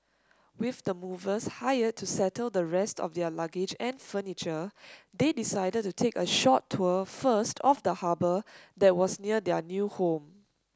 with the movers hired to settle the rest of their luggage and furniture they decided to take a short tour first of the harbour that was near their new home